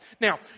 Now